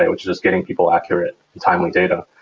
which is getting people accurate timely data.